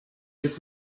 get